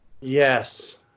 yes